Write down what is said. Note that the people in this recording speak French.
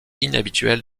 inhabituelle